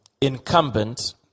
incumbent